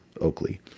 oakley